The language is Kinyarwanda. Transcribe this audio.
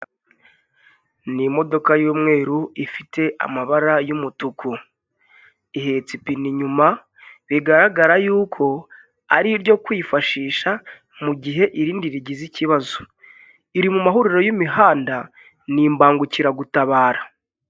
Ni imodoka y'umweru ifite amabara y'umutuku. Ihetse ipine inyuma bigaragara yuko ari iryo kwifashisha mu gihe irindi rigize ikibazo. Iri mu mahuriro y'imihanda, ni imbangukiragutabara.